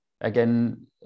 Again